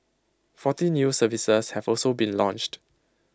forty new services have also been launched